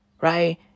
Right